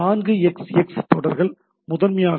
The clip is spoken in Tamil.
4xx தொடர்கள் முதன்மையாக உள்ளன